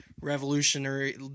revolutionary